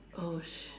oh shit